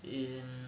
in